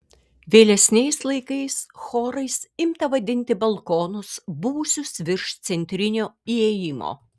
vėlesniais laikais chorais imta vadinti balkonus buvusius virš centrinio įėjimo